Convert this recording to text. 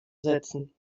setzen